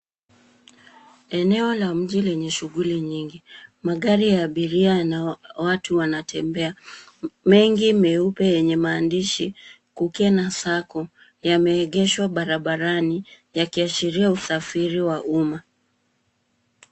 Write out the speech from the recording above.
Eneo la mji lenye shughuli nyingi. Magari ya abiria na watu wanatembea mengi meupe yenye maandishi Kukena Sacco yameegeshwa barabarani yakiashiria usafiri wa umma